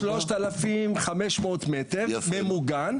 3,500 מטר ממוגן.